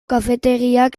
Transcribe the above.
kafetegiak